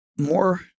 more